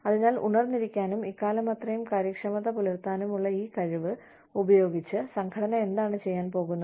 അതിനാൽ ഉണർന്നിരിക്കാനും ഇക്കാലമത്രയും കാര്യക്ഷമത പുലർത്താനുമുള്ള ഈ കഴിവ് ഉപയോഗിച്ച് സംഘടന എന്താണ് ചെയ്യാൻ പോകുന്നത്